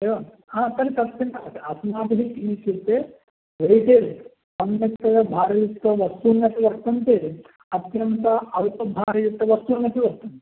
एवं तर्हि तस्मिन् अस्माभिः किञ्चित् वेय्टेज् सम्यक्तया भारयुक्तवस्तून्यपि वर्तन्ते अत्यन्तम् अल्पभारयुक्तवस्तून्यपि वर्तन्ते